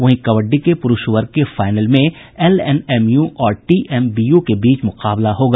वहीं कबड्डी के पुरूष वर्ग के फाइनल में एलएनएमयू और टीएमबीयू के बीच मुकाबला होगा